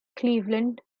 cleveland